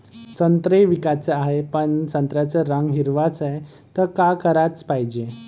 संत्रे विकाचे हाये, पन संत्र्याचा रंग हिरवाच हाये, त का कराच पायजे?